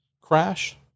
crash